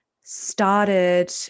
started